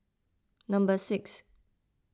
number six